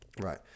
Right